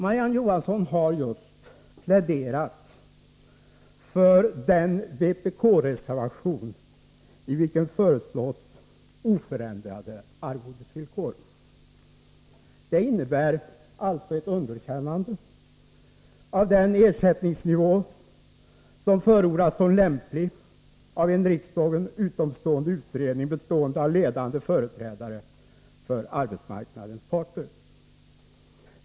Marie-Ann Johansson har just pläderat för den vpk-reservation i vilken föreslås oförändrade arvodesvillkor. Det innebär ett underkännande av den ersättningsnivå som förordats som lämplig av en från riksdagen fristående utredning, bestående av ledande företrädare för arbetsmarknadens parter.